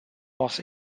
was